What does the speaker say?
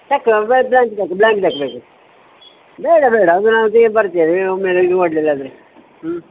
check ಬ್ಯಾಂಕ್ದದ bank cheque ಬೇಕು ಬೇಡ ಬೇಡ ಅದು ನಾವು ಬೇಗ ಬರ್ತೇವೆ ನೀವು ಮ್ಯಾನೇಜ್ ಮಾಡ್ಲಿಲ್ಲ ಅಂದ್ರೆ ಹ್ಞೂ